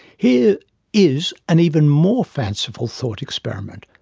here is an even more fanciful thought experiment.